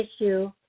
issue